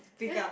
speak up